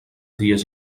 dies